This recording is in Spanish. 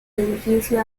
edificio